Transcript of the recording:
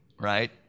Right